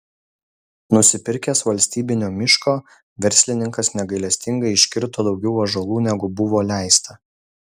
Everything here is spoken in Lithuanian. nusipirkęs valstybinio miško verslininkas negailestingai iškirto daugiau ąžuolų negu buvo leista